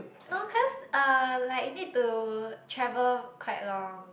no cause uh like you need to travel quite long